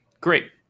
Great